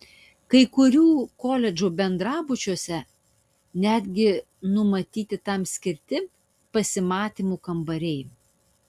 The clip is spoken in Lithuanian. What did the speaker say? kai kurių koledžų bendrabučiuose netgi numatyti tam skirti pasimatymų kambariai